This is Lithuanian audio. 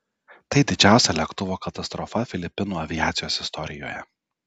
tai didžiausia lėktuvo katastrofa filipinų aviacijos istorijoje